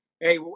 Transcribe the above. Hey